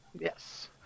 Yes